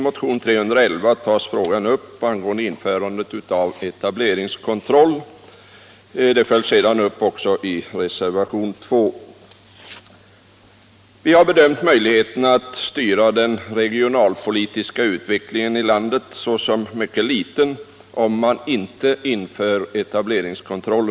Motionen 311 tar upp införandet av etableringskontroll. Detta följs sedan upp i reservationen 2. Vi har bedömt möjligheterna att styra den regionalpolitiska utvecklingen i landet som mycket små, om man inte inför etableringskontroll.